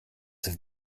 have